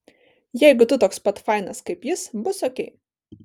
jeigu tu toks pat fainas kaip jis bus okei